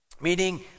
Meaning